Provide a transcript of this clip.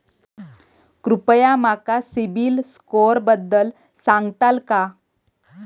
कृपया माका सिबिल स्कोअरबद्दल सांगताल का?